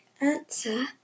answer